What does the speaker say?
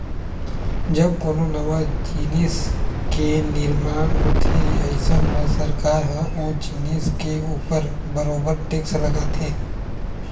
जब कोनो नवा जिनिस के निरमान होथे अइसन म सरकार ह ओ जिनिस के ऊपर बरोबर टेक्स लगाथे